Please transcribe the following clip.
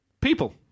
People